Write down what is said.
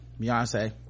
Beyonce